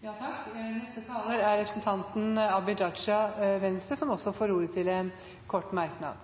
Representanten Abid Q. Raja har hatt ordet to ganger tidligere og får ordet til en kort merknad,